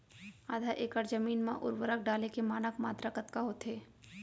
आधा एकड़ जमीन मा उर्वरक डाले के मानक मात्रा कतका होथे?